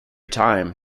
time